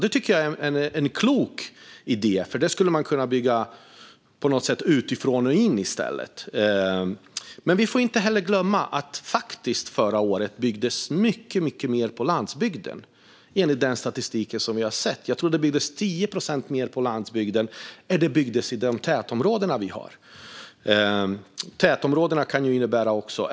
Det tycker jag är en klok idé, för då skulle man i stället kunna bygga utifrån och in. Vi får inte heller glömma att det förra året faktiskt byggdes mycket mer på landsbygden, enligt den statistik som vi har sett. Jag tror att det byggdes 10 procent mer på landsbygden än det byggdes i våra tätbebyggda områden.